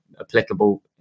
applicable